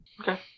Okay